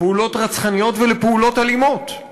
לפעולות רצחניות ולפעולות אלימות.